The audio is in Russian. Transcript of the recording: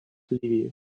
ливии